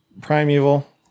Primeval